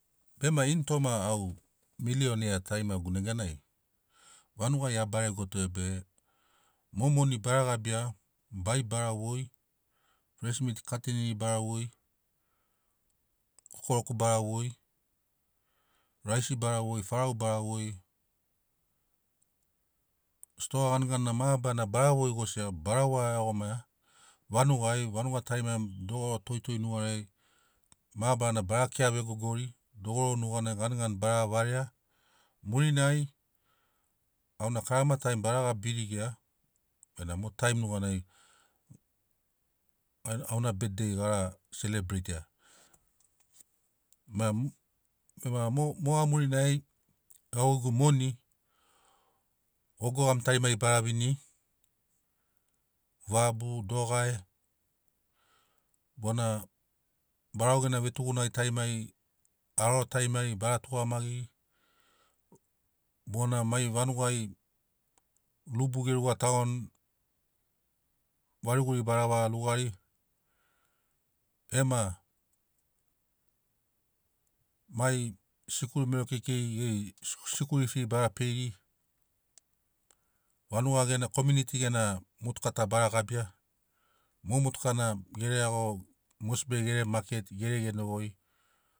Bema ini toma au million tarimagu neganai vanugai a baregoto be mo moni bara gabia bai bara voi fres miti kateniri bara voi kokoroku bara voi raisi bara voi farao bara voi stoa ganigania mabarana bara voi gosia bara wa iagomaia vanugai vanuga tarimari dogoro toitoi mabarana bara kea vegogori dogoro nuganai ganigani bara varea murinai au na karama taim bara gabi virigia benamo mot aim nuganai aa- au na betdei gara selebreitia ma moga murinai au gegu moni ogogamitarimari bara viniri vabu, dogai bona barau gena vetugunagi tarimari haroro tarimari bara tugamagiri bona mai vanugai rubu ge ruga tagoni variguri bara vaga rugari ema sikuli mero keikeiri geri si- sikuri fi bara feiri vanuga gena komiuniti gena motuka ta bara gabia mo motuka nag ere iago mosbi ai gere maketi gere genogoi